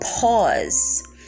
pause